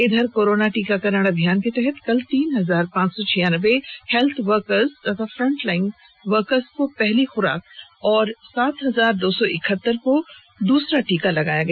इधर कोरोना टीकाकरण अभियान के तहत कल तीन हजार पांच सौ छियान्बे हेल्थ वर्कर्स तथा फ्रंटलाइन को पहली खुराक और सात हजार दो सौ इकहतर को दूसरा टीका लगाया गया